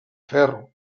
ferro